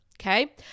Okay